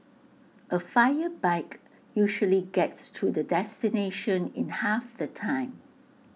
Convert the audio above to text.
A fire bike usually gets to the destination in half the time